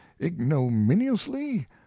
ignominiously